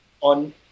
on